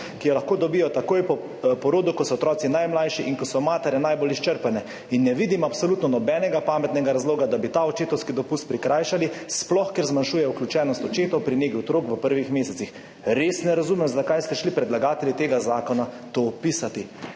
ki jo lahko dobijo takoj po porodu, ko so otroci najmlajši in ko so matere najbolj izčrpane. In ne vidim absolutno nobenega pametnega razloga, da bi ta očetovski dopust pokrajšali, sploh ker zmanjšuje vključenost očetov pri negi otrok v prvih mesecih. Res ne vem in ne razumem, zakaj so šli predlagatelji tega zakona to pisati.«